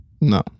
No